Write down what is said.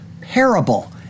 parable